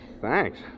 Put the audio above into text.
Thanks